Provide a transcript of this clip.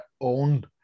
own